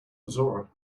zora